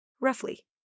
roughly